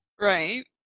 Right